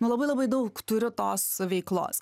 nu labai labai daug turiu tos veiklos